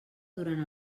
durant